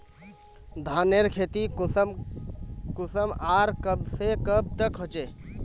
धानेर खेती कुंसम आर कब से कब तक होचे?